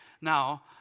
now